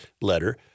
letter